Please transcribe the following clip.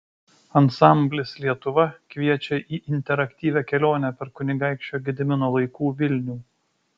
ansamblis lietuva kviečia į interaktyvią kelionę per kunigaikščio gedimino laikų vilnių